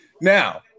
Now